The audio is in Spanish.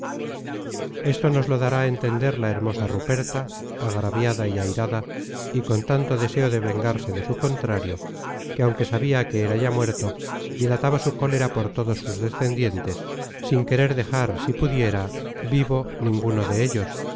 esto nos lo dará a entender la hermosa ruperta agraviada y airada y con tanto deseo de vengarse de su contrario que aunque sabia que era ya muerto dilataba su cólera por todos sus descendientes sin querer dejar si pudiera vivo ninguno dellos